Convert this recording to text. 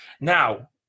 Now